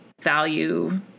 value –